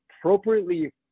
appropriately